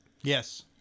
Yes